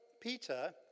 Peter